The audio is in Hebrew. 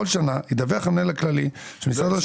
לא יאוחר מה-1 במרס בכל שנה ידווח המנהל הכללי של משרד ראש